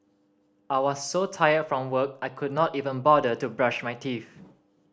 I was so tired from work I could not even bother to brush my teeth